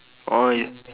oh